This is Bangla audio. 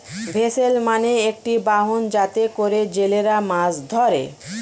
ভেসেল মানে একটি বাহন যাতে করে জেলেরা মাছ ধরে